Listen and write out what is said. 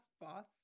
boss